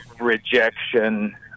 rejection